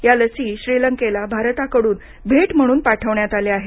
ह्या लसी श्रीलंकेला भारताकडून भेट म्हणून पाठवण्यात आल्या आहेत